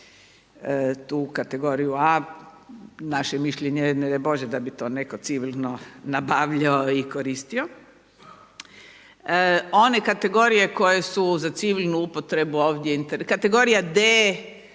tu kategoriju A naše mišljenje je ne daj Bože da bi to netko civilno nabavljao i koristio. One kategorije koje su za civilnu upotrebu ovdje kategorija D